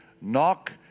Knock